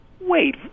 wait